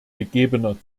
gegebener